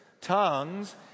tongues